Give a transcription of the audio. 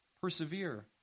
Persevere